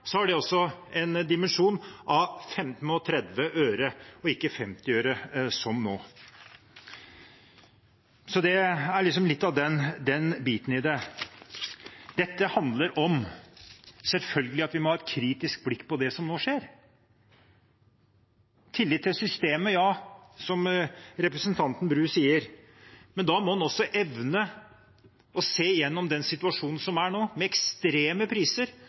har det også en dimensjon av 15 og 30 øre, og ikke 50 øre, som nå. Så det er litt av den biten i det. Dette handler selvfølgelig om at vi må ha et kritisk blikk på det som nå skjer, og ja: tillit til systemet, som representanten Bru sier. Men da må man også evne å se gjennom den situasjonen som er nå, med ekstreme priser